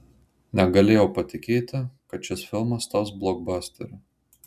negalėjau patikėti kad šis filmas taps blokbasteriu